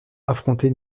affronter